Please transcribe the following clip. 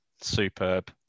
Superb